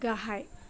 गाहाय